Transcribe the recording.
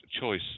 choice